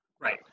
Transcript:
right